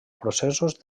processos